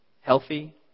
Healthy